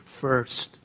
first